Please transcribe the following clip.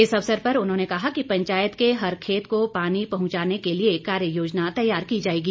इस अवसर पर उन्होंने कहा कि पंचायत के हर खेत को पानी पहंचाने के लिए कार्य योजना तैयार की जाएगी